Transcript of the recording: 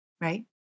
Right